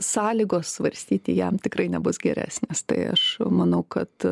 sąlygos svarstyti jam tikrai nebus geresnės tai aš manau kad